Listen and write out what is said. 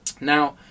now